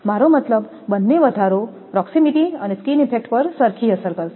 મારો મતલબ બંને વધારો પ્રોકસીમીટી અને સ્કીન ઇફેક્ટ પર સરખી અસર કરશે